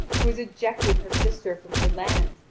who has ejected her sister from her land,